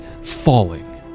falling